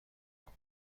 نبود